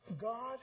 God